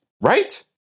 right